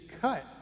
cut